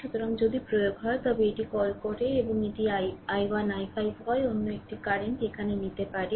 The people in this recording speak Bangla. সুতরাং যদি প্রয়োগ হয় তবে এটি কল করে এবং এটি i1 i5 হয় অন্য একটি কারেন্ট এখানে নিতে পারে